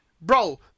Bro